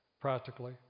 practically